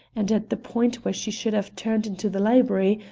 and at the point where she should have turned into the library,